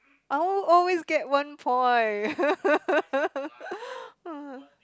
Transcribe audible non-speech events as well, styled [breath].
oh oh you get one point [laughs] [breath]